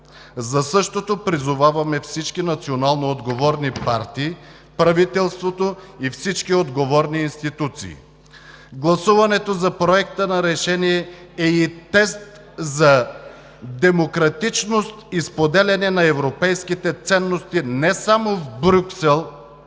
За същото призоваваме всички национално отговорни партии, правителството и всички отговорни институции. Гласуването за Проекта на решение е и тест за демократичност и споделяне на европейските ценности, не само в Брюксел,